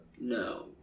No